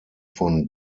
von